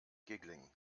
giggling